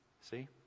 See